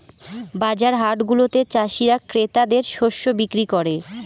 বাজার হাটগুলাতে চাষীরা ক্রেতাদের শস্য বিক্রি করে